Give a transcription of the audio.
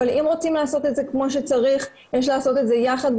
אבל אם רוצים לעשות את זה כמו שצריך יש לעשות את זה יחד,